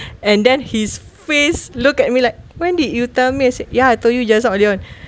and then his face looked at me like when did you tell me I said ya I told you just now only [one]